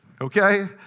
okay